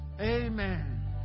Amen